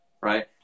right